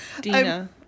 Dina